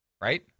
right